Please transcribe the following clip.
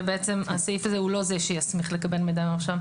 ובעצם הסעיף הזה הוא ממילא לא זה שיסמיך לקבל מידע מהמרשם.